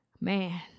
man